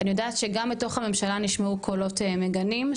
אני יודעת שגם בתוך הממשלה נשמעו קולות מגנים,